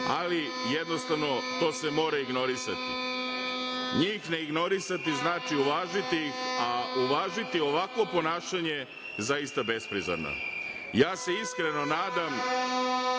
ali jednostavno to se mora ignorisati. Njih ne ignorisati znači uvažiti, a uvažiti ovakvo ponašanje je zaista besprizorno. Ja se iskreno nadam